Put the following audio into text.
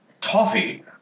toffee